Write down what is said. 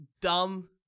dumb